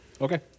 Okay